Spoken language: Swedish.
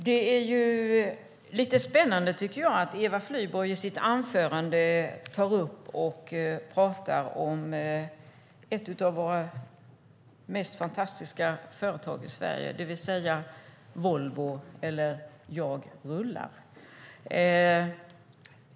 Det är lite spännande att Eva Flyborg tar upp ett av våra mest fantastiska företag i Sverige, Volvo, eller "jag rullar".